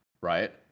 right